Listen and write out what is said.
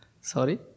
Sorry